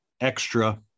extra